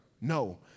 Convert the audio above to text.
No